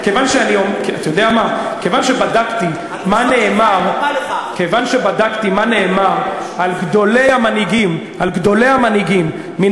כיוון שבדקתי מה נאמר על גדולי המנהיגים מן